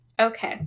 Okay